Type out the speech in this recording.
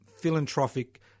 Philanthropic